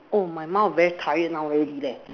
oh my mouth very tired now already leh